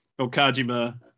Okajima